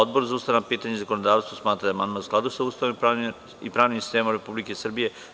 Odbor za ustavna pitanja i zakonodavstvo smatra da je amandman u skladu sa Ustavom i pravnim sistemom Republike Srbije.